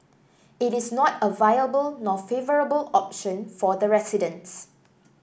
it is not a viable nor favourable option for the residents